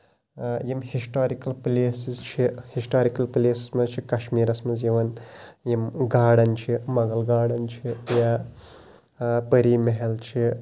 یِم historical places چھِ historical places منٛز چھِ کَشمیٖرَس منٛز یِوان یِم گاڈٕنۍ چھِ مۄغل گاڈٕنۍ چھِ یا پٔری مَہل چھِ